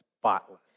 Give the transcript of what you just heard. spotless